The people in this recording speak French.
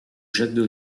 jacques